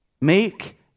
Make